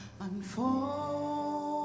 unfold